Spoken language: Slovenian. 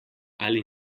ali